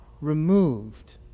removed